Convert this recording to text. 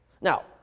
Now